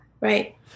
Right